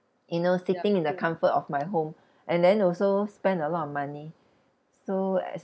you know sleeping in the comfort of my home and then also spend a lot of money so